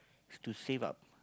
to save up